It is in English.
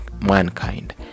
mankind